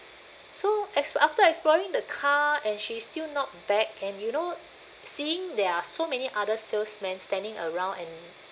so ex~ after exploring the car and she still not back and you know seeing there are so many other salesmen standing around and